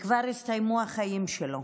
וכבר הסתיימו החיים שלו,